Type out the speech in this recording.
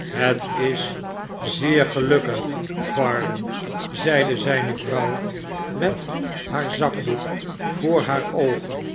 het is zeer gelukkig varden zeide zijne vrouw met haar zakdoek voor haar oogen